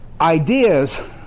Ideas